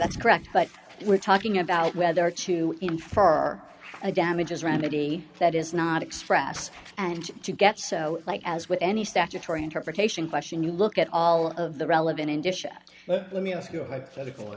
that's correct but we're talking about whether to infer a damages remedy that is not express and get so like as with any statutory interpretation question you look at all of the relevant in disha but let me ask you a hypothetical